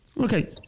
Okay